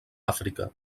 àfrica